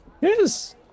Yes